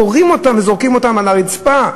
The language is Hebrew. קורעים אותם וזורקים אותם על הרצפה.